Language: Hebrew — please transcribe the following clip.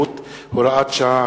השכרות (הוראת שעה),